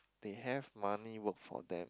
they have money work for them